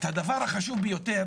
הדבר החשוב ביותר